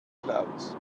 clouds